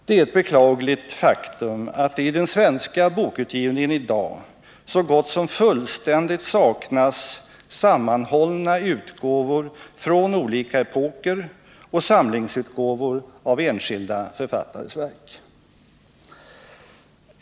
Det är ett beklagligt faktum att det i den svenska bokutgivningen i dag så gott som fullständigt saknas sammanhållna utgåvor från olika epoker och samlingsutgåvor av enskilda författares verk.